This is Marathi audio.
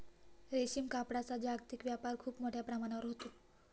रेशीम कापडाचा जागतिक व्यापार खूप मोठ्या प्रमाणावर होतो